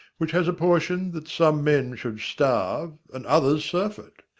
which has apportioned that some men should starve, and others surfeit?